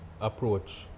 approach